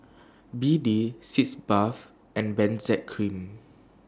B D Sitz Bath and Benzac Cream